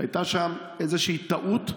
שהייתה שם איזושהי טעות.